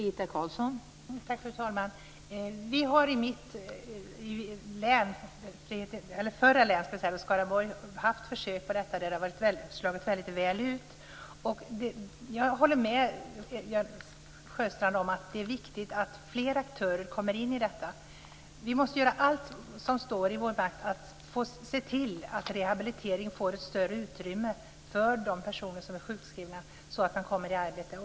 Fru talman! I mitt förra hemlän Skaraborg hade man sådana försök som slog väldigt väl ut. Jag håller med Sven-Erik Sjöstrand om att det är viktigt att fler aktörer kommer in här. Vi måste göra allt som står i vår makt för att se till att rehabiliteringen får ett större utrymme för de personer som är sjukskrivna så att de kommer i arbete.